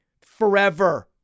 Forever